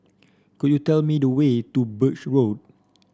could you tell me the way to Birch Road